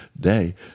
day